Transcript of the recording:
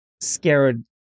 scared